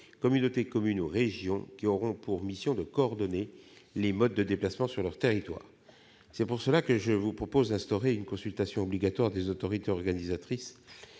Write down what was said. communautés de communes ou régions, qui auront pour mission de coordonner les modes de déplacement sur leur territoire. C'est pourquoi je vous propose d'instaurer une consultation obligatoire des autorités organisatrices